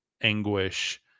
anguish